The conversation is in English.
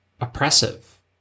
oppressive